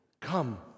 Come